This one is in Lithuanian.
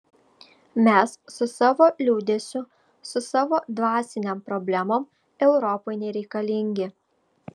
mes su savo liūdesiu su savo dvasinėm problemom europai nereikalingi